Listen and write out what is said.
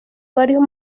varios